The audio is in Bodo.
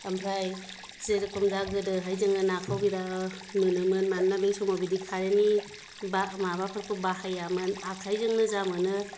ओमफ्राय जेरखम दा गोदोहाय जोङोहाय नाखौ बिराद मोनोमोन मानोना बै समाव बिदि कारेननि बा माबाफोरखौ बाहायामोन आखाइजोंनो जा मोजां मोनो